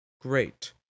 great